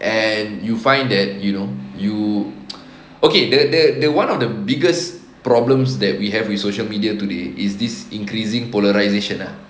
and you find that you know you okay the the the one of the biggest problems that we have with social media today is this increasing polarisation ah